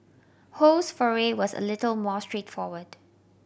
Ho's foray was a little more straightforward